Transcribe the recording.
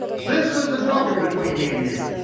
this is the token between me and you.